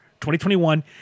2021